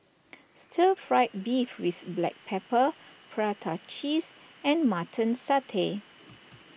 Stir Fried Beef with Black Pepper Prata Cheese and Mutton Satay